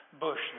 bush